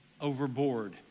overboard